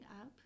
up